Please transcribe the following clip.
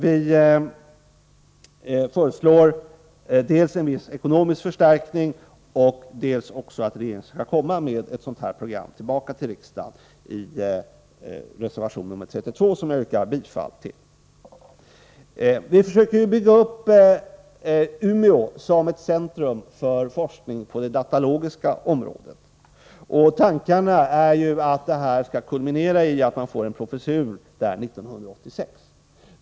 Vi föreslår dels en viss ekonomisk förstärkning, dels att regeringen skall komma med ett sådant här program till riksdagen. Detta förslag finns i reservation 32, som jag yrkar bifall till. Vi försöker att i Umeå bygga upp ett centrum för forskning på det datalogiska området, och tankarna är att det skall kulminera i en professur där 1986.